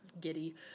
giddy